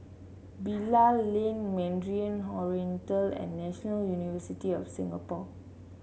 Bilal Lane Mandarin Oriental and National University of Singapore